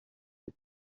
des